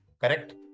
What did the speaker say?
correct